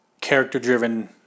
character-driven